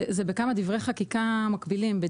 זה בכמה דברי חקיקה מקבילים.